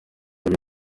bari